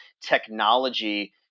technology